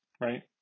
right